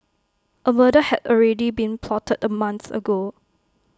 A murder had already been plotted A month ago